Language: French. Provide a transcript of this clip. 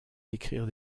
écrire